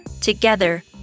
Together